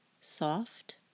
soft